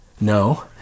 No